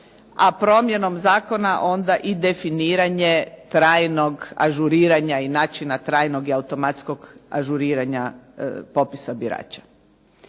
a promjenom zakona onda i definiranje trajnog ažuriranja i načina trajnog i automatskog ažuriranja popisa birača.